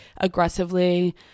aggressively